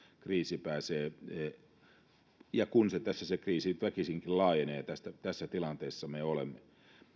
kriisi pääsee laajenemaan ja kun se kriisi väkisinkin laajenee tässä tilanteessa me olemme